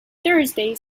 thursday